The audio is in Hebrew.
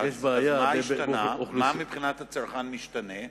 אז מה השתנה, מה מבחינת הצרכן משתנה?